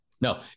no